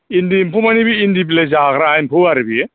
इन्दि एम्फौ माने बे एन्दि बिलाइ जाग्रा एम्फौ आरो बेयो